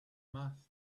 must